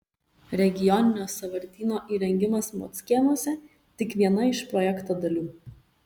regioninio sąvartyno įrengimas mockėnuose tik viena iš projekto dalių